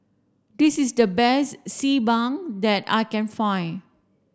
this is the best Xi Ban that I can find